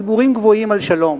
דיבורים גבוהים על שלום.